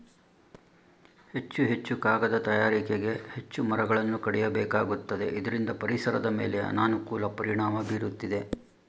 ಹೆಚ್ಚು ಹೆಚ್ಚು ಕಾಗದ ತಯಾರಿಕೆಗೆ ಹೆಚ್ಚು ಮರಗಳನ್ನು ಕಡಿಯಬೇಕಾಗುತ್ತದೆ ಇದರಿಂದ ಪರಿಸರದ ಮೇಲೆ ಅನಾನುಕೂಲ ಪರಿಣಾಮ ಬೀರುತ್ತಿದೆ